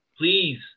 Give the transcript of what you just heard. Please